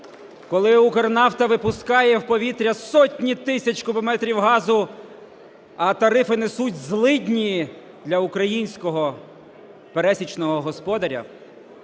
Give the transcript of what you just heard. Коли "Укрнафта" випускає в повітря сотні тисяч кубометрів газу, а тарифи несуть злидні для українського пересічного господаря.